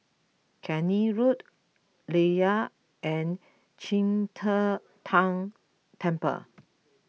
Keene Road Layar and Qing De Tang Temple